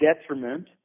detriment